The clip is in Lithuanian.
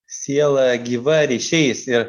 siela gyva ryšiais ir